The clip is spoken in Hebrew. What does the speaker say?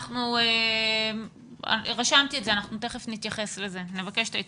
איך הצלחתם לגייס את הבדיקות?